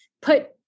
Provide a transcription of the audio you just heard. put